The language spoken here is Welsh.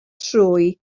trwy